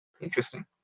Interesting